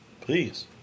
Please